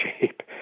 shape